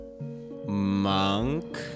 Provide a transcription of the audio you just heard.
Monk